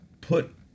put